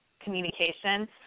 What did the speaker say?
communication